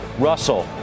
Russell